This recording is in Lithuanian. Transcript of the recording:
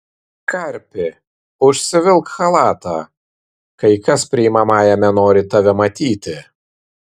karpi užsivilk chalatą kai kas priimamajame nori tave matyti